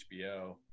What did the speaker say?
HBO